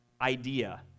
idea